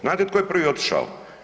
Znate tko je prvi otišao?